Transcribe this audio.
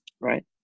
right